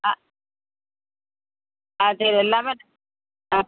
ஆ ஆ சரி எல்லாம் ஆ